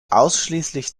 ausschließlich